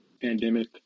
pandemic